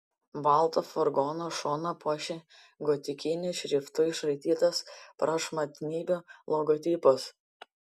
balto furgono šoną puošė gotikiniu šriftu išraitytas prašmatnybių logotipas